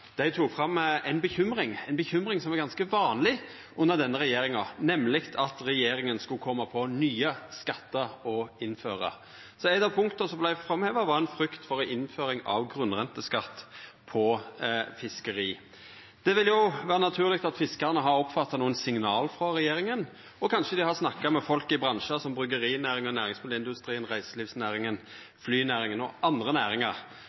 Dei tok opp ei bekymring, ei bekymring som er ganske vanleg under denne regjeringa, nemleg at regjeringa skulle koma på nye skattar å innføra. Eitt av punkta som vart framheva, var ei frykt for innføring av grunnrenteskatt på fiskeri. Det ville òg vera naturleg at fiskarane har oppfatta nokre signal frå regjeringa, og kanskje dei har snakka med folk i bransjar som bryggjerinæringa og næringsmiddelindustrien, reiselivsnæringa, flynæringa og andre næringar